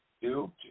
two